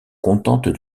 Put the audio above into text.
contente